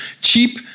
Cheap